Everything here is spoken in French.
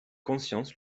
conscience